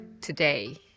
today